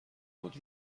بود